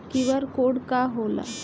QR code का होला?